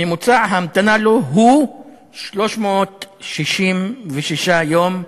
ממוצע ההמתנה לו הוא 366 יום,